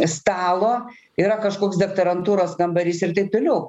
stalo yra kažkoks daktarantūros kambarys ir taip toliau